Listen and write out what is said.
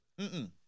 Mm-mm